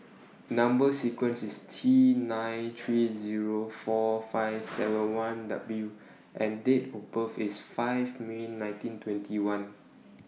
Number sequence IS T nine three Zero four five seven one W and Date of birth IS five May nineteen twenty one